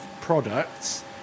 products